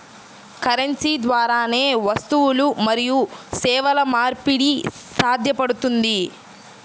currency ద్వారానే వస్తువులు మరియు సేవల మార్పిడి సాధ్యపడుతుంది